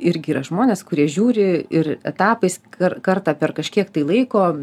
irgi yra žmonės kurie žiūri ir etapais kar kartą per kažkiek tai laiko